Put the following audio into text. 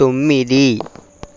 తొమ్మిది